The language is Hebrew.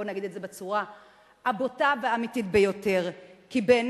בואו נגיד את זה בצורה הבוטה והאמיתית ביותר: כי בעיני